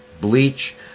bleach